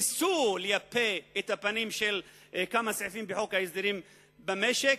ניסו לייפות את הפנים של כמה סעיפים בחוק ההסדרים במשק,